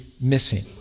Missing